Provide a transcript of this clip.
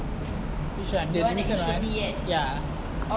which one the recent one ya